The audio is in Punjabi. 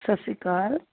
ਸਤਿ ਸ਼੍ਰੀ ਅਕਾਲ